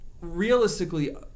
realistically